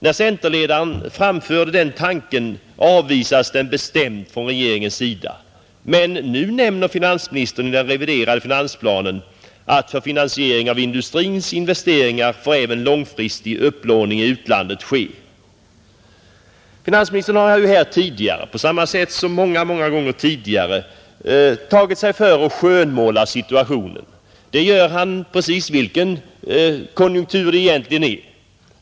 När centerledaren framförde denna tanke, avvisades den bestämt från regeringens sida, men nu nämner finansministern i den reviderade finansplanen att för finansiering av industrins investeringar får även långfristig upplåning i utlandet ske. Finansministern har här liksom många gånger tidigare tagit sig för att skönmåla situationen, Det gör han hurudan konjunkturen än är.